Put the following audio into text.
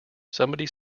somebody